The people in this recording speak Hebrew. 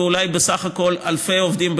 ואולי בסך הכול אלפי עובדים,